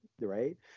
right